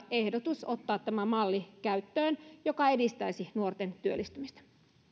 ehdotus ottaa käyttöön tämä malli joka edistäisi nuorten työllistymistä